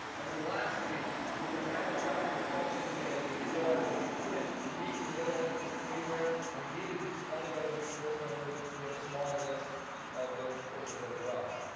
and then lastly where we've had the collaborative discussions and we realize that we couldn't meet in the middle anywhere, when we needed just altogether new course numbers, we have a small list of those courses as well.